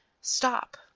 stop